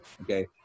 Okay